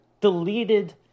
deleted